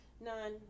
None